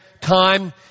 time